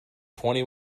twenty